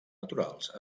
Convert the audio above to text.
naturals